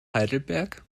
heidelberg